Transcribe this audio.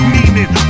Meaning